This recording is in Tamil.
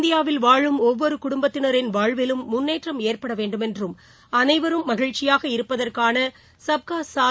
இந்தியாவில் வாழும் ஒவ்வொரு குடும்பத்தினரின் வாழ்விலும் முன்னேற்றம் ஏற்பட வேண்டுமென்றும் அனைவரும் மகிழ்ச்சியாக இருப்பதற்கான சுப்கா சாத்